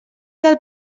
del